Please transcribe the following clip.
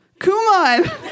Kumon